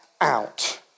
out